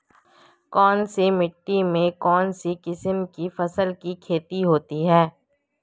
कौनसी मिट्टी में कौनसी किस्म की फसल की खेती होती है?